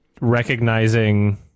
recognizing